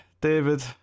David